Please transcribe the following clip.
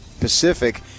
Pacific